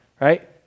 right